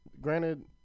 Granted